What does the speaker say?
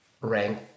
rank